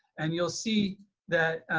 and you'll see that